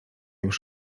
już